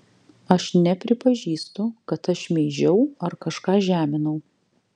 aš nepripažįstu kad aš šmeižiau ar kažką žeminau